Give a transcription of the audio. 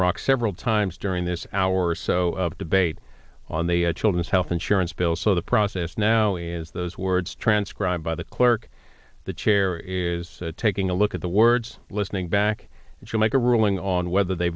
iraq several times during this hour or so of debate on the children's health insurance bill so the process now is those words transcribed by the clerk the chair is taking a look at the words listening back if you make a ruling on whether they